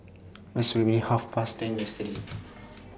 approximately Half Past ten yesterday